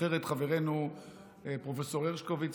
אחרת חברנו פרופ' הרשקוביץ,